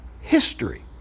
history